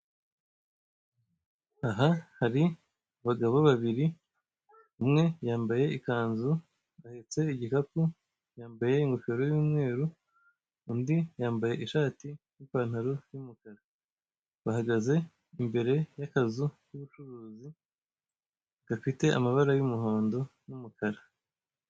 Aha hari abagabo babiri, umwe yambaye ikanzu, ahetse igikapu, yambaye ingofero y'umweru, undi yambaye ishati n'ipantaro y'umukara. Bahagaze imbere y'akazu k'ubucuruzi, gafite amabara y'umuhondo n'umukara.